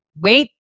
wait